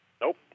Nope